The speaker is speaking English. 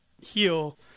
heal